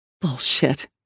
Bullshit